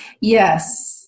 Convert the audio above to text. Yes